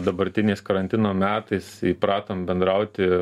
dabartiniais karantino metais įpratom bendrauti